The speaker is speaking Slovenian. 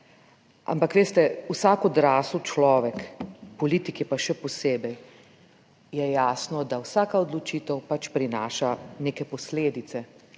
ampak veste, vsak odrasel človek, politiki pa še posebej, je jasno, da vsaka odločitev pač prinaša neke posledice